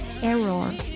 error